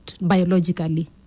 biologically